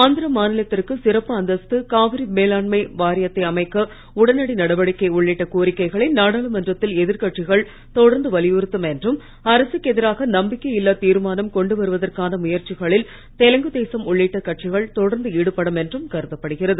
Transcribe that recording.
ஆந்திர மாநிலத்திற்கு சிறப்பு அந்தஸ்து காவிரி மேலாண்மை வாரியத்தை அமைக்க உடனடி நடவடிக்கை உள்ளிட்ட நாடாளமன்றத்தில் எதிர்கட்சிகள் தொடர்ந்து வலியுறுத்தும் கோரிக்கைகளை என்றும் அரசுக்கு எதிராக நம்பிக்கை இல்லா தீர்மானம் கொண்டு வருவதற்கான முயற்சிகளில் தெலுங்கு தேசம் உள்ளிட்ட கட்சிகள் தொடர்ந்து ஈடுபடும் என்றும் கருதப்படுகிறது